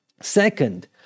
Second